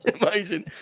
Amazing